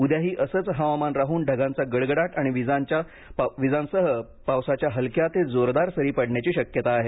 उद्याही असंच हवामान राहून ढगांचा गडगडाट आणि विजांसह पावसाच्या हलक्या ते जोरदार सरी पडण्याची शक्यता आहे